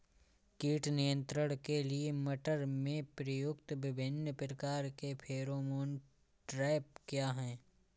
कीट नियंत्रण के लिए मटर में प्रयुक्त विभिन्न प्रकार के फेरोमोन ट्रैप क्या है?